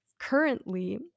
Currently